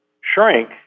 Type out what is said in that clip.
shrink